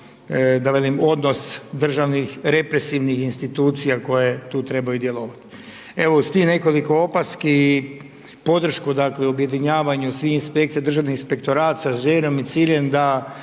da velim, odnos, države represivnih institucija, koje tu trebaju djelovati. Evo s tim nekoliko opaski i podršku objedinjavanja svih inspekcija državnog inspektorat sa željom i ciljem da